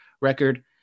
record